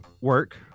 work